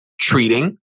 treating